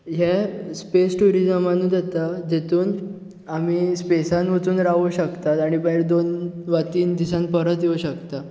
ह्यें स्पेस ट्युरिजमानूच येता जेतून आमी स्पेसान वचून रावूं शकतात आनी मागीर दोन वा तीन दिसान परत येवं शकता